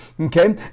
Okay